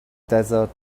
desert